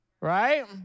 right